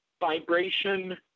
vibration